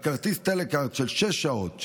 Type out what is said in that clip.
על כרטיס טלכרד של שש שעות,